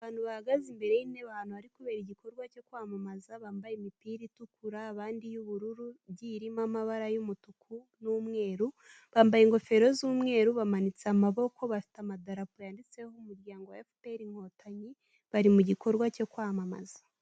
Abantu bahagaze imbere y'intebe ahantu hari kubera igikorwa cyo kwamamaza. Bambaye imipira itukura, abandi iy'ubururu igiye irimo amabara y'umutuku n'umweru; bambaye ingofero z'umweru bamanitse amaboko bafite amadarapo yanditseho umuryango wa Efuperi inkotanyi, bari mu gikorwa cyo kwamamaza.